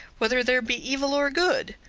whether there be evil or good?